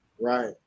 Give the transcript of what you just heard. Right